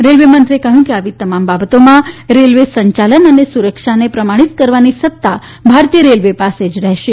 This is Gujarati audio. રેલવે મંત્રીએ કહ્યું કે આવી તમામ બાબતોમાં રેલવે સંયાલન અને સુરક્ષા અને પ્રમાણિત કરવાની સત્તા ભારતીય રેલવે પાસે જ રહેશે